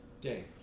day